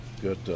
good